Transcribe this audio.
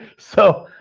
so,